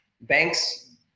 Banks